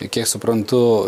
kiek suprantu